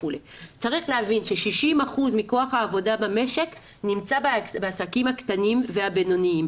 צריך להבין ש-60% מכוח העבודה במשק נמצא בעסקים הקטנים והבינוניים,